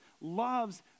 loves